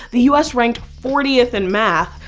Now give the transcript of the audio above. the us ranked fortieth in math,